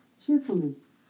cheerfulness